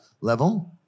level